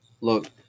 look